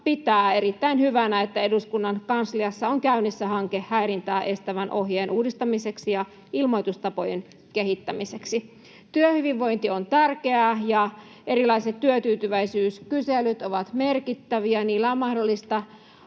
pitää erittäin hyvänä, että eduskunnan kansliassa on käynnissä hanke häirintää estävän ohjeen uudistamiseksi ja ilmoitustapojen kehittämiseksi. Työhyvinvointi on tärkeää, ja erilaiset työtyytyväisyyskyselyt ovat merkittäviä. Niillä on mahdollista